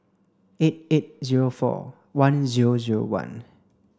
eight eight zero four one zero zero one